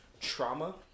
trauma